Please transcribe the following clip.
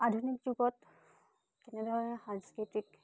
আধুনিক যুগত কেনেধৰণে সাংস্কৃতিক